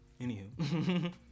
anywho